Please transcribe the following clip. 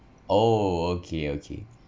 oh okay okay